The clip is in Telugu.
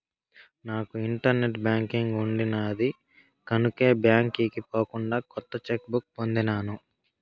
నాకు ఇంటర్నెట్ బాంకింగ్ ఉండిన్నాది కనుకే బాంకీకి పోకుండానే కొత్త చెక్ బుక్ పొందినాను